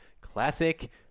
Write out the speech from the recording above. Classic